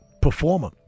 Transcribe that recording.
performer